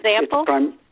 example